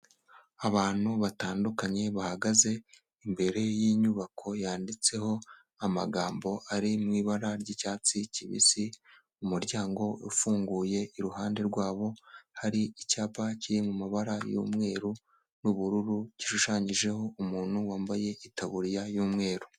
Abantu batandukanye bahagaze imbere y'inyubako yanditseho amagambo ari mu ibara ry'icyatsi kibisi, umuryango ufunguye, iruhande rwabo hari icyapa kiri mu mabara y'umweru n'ubururu, gishushanyijeho umuntu wambaye itaburiya y'umweru.